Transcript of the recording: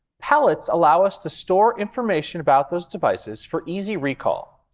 palettes allow us to store information about those devices for easy recall.